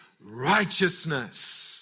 righteousness